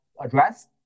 address